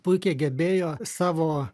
puikiai gebėjo savo